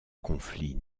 conflit